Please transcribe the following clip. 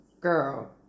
Girl